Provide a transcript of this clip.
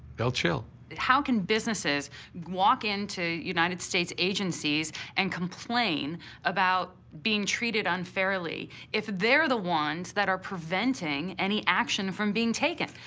they'll chill. sullivan how can businesses walk into united states agencies and complain about being treated unfairly, if they're the ones that are preventing any action from being taken?